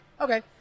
okay